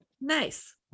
Nice